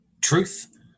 Truth